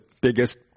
biggest